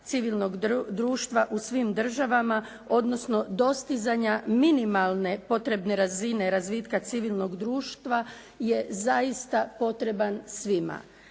civilnog društva u svim državama odnosno dostizanja minimalne potrebne razine razvitka civilnog društva je zaista potreban svima.